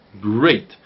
great